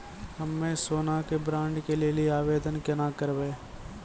हम्मे सोना के बॉन्ड के लेली आवेदन केना करबै?